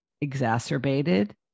exacerbated